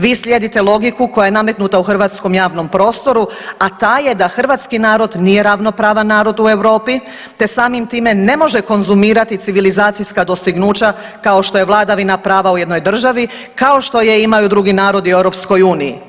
Vi slijedite logiku koja je nametnuta u hrvatskom javnom prostoru, a ta je da hrvatski narod nije ravnopravan narod u Europi, te samim time ne može konzumirati civilizacijska dostignuća kao što je vladavina prava u jednoj državi kao što je imaju drugi narodi u EU.